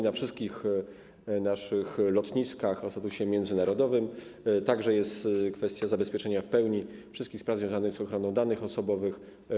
Na wszystkich naszych lotniskach o statusie międzynarodowym jest także kwestia zabezpieczenia w pełni wszystkich spraw związanych z ochroną danych osobowych.